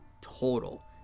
total